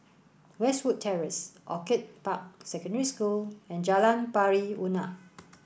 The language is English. Westwood Terrace Orchid Park Secondary School and Jalan Pari Unak